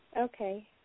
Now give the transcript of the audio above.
Okay